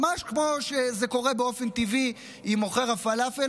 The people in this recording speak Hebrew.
ממש כמו שזה קורה באופן טבעי עם מוכר הפלאפל,